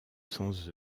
sans